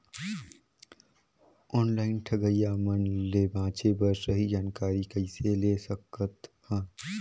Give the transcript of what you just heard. Online ठगईया मन ले बांचें बर सही जानकारी कइसे ले सकत हन?